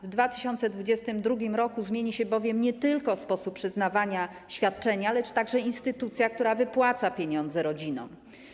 W 2022 r. zmieni się bowiem nie tylko sposób przyznawania świadczenia, lecz także instytucja, która będzie wypłacała pieniądze rodzinom.